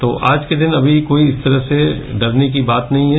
तो आज के दिन कोई भी इस तरह से डाने की बात नहीं है